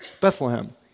Bethlehem